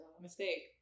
mistake